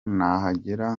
nahagera